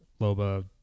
Loba